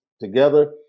together